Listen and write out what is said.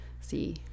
see